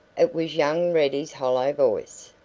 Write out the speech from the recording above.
it was young ready's hollow voice,